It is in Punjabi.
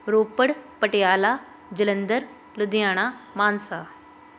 ਰੋਪੜ ਪਟਿਆਲਾ ਜਲੰਧਰ ਲੁਧਿਆਣਾ ਮਾਨਸਾ